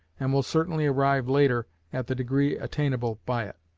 and will certainly arrive later at the degree attainable by it.